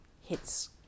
hits